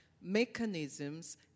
mechanisms